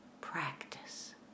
practice